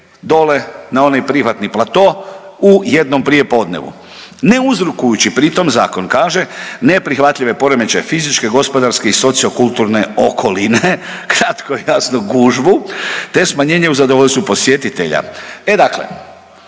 dole na onaj prihvatni plato u jednom prijepodnevu, ne uzrokujući pritom zakon kaže, neprihvatljive poremećaje fizičke, gospodarske i sociokulturne okoline, kratko u jasno, gužvu te smanjenje u zadovoljstvu posjetitelja. E dakle,